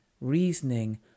reasoning